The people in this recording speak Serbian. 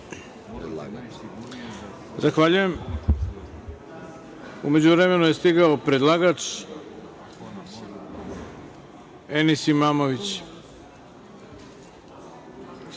Zahvaljujem.U međuvremenu je stigao predlagač Enis Imamović.